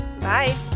Bye